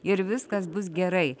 ir viskas bus gerai